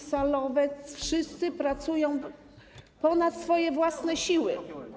salowe, wszyscy pracują ponad swoje własne siły.